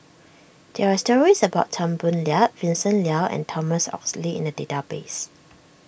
there are stories about Tan Boo Liat Vincent Leow and Thomas Oxley in the database